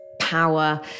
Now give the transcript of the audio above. power